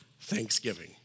Thanksgiving